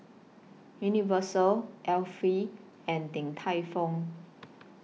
Universal Alpen and Din Tai Fung